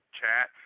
chat